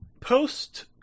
post